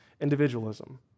individualism